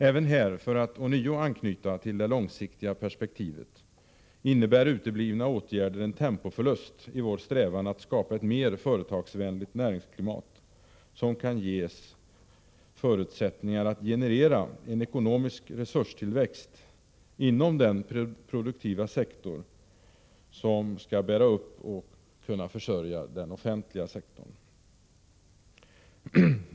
Även här, för att ånyo anknyta till det långsiktiga perspektivet, innebär uteblivna åtgärder en tempoförlust i vår strävan att skapa ett mer företagsvänligt näringsklimat, som kan ges förutsättningar att generera en ekonomisk resurstillväxt inom den produktiva sektor som skall bära upp och kunna försörja den offentliga sektorn.